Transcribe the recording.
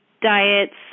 diets